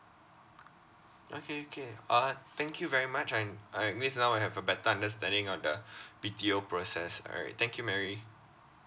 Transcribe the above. okay okay uh thank you very much and uh at least now I have a better understanding on the B_T_O process all right thank you mary